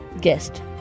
guest